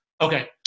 Okay